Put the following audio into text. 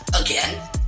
again